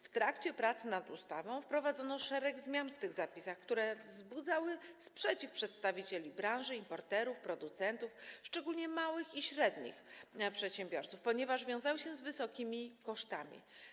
W trakcie prac nad ustawą wprowadzono szereg zmian w tych zapisach, które wzbudzały sprzeciw przedstawicieli branży, importerów, producentów, szczególnie małych i średnich przedsiębiorców, ponieważ wiązały się z wysokimi kosztami.